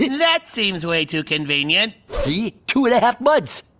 that seems way too convenient. see? two and a half months.